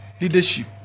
leadership